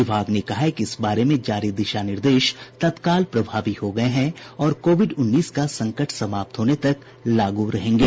विभाग ने कहा है कि इस बारे में जारी दिशानिर्देश तत्काल प्रभावी हो गए हैं और कोविड उन्नीस का संकट समाप्त होने तक लागू रहेंगे